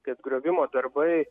kad griovimo darbai